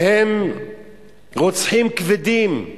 שהם רוצחים כבדים.